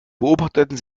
beobachteten